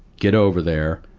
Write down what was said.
get over there.